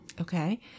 Okay